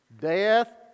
death